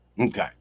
Okay